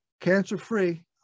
cancer-free